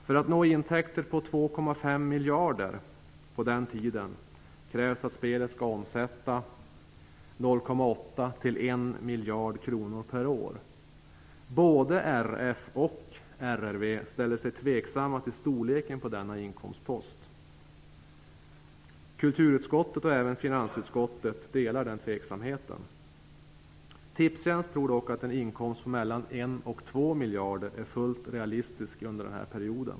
För att på den tiden nå intäkter på 2,5 miljarder krävs att spelet omsätter 0,8 till 1 miljard kronor per år. Både RF och RRV ställer sig tveksamma till storleken på denna inkomstpost. Kulturutskottet och även finansutskottet delar den tveksamheten. Tipstjänst tror dock att en inkomst på mellan 1 och 2 miljarder är fullt realistisk under denna period.